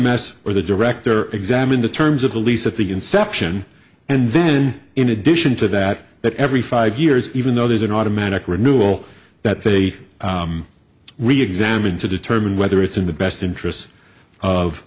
m s or the director examine the terms of the lease at the inception and then in addition to that that every five years even though there's an automatic renewal that they reexamined to determine whether it's in the best interest of